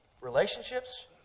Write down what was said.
relationships